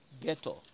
Ghetto